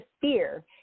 fear